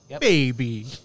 baby